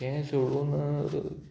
तें सोडून